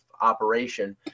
operation